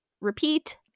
repeat